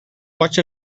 watch